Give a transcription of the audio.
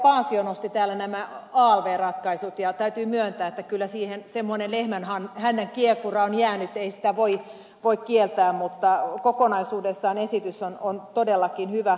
paasio nosti täällä nämä alv ratkaisut ja täytyy myöntää että kyllä siihen semmoinen lehmänhännänkiekura on jäänyt ei sitä voi kieltää mutta kokonaisuudessaan esitys on todellakin hyvä